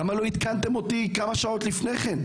למה לא עדכנתם אותי כמה שעות לפני כן?